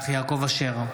יעקב אשר,